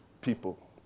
people